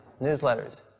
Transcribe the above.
newsletters